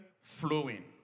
flowing